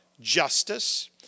justice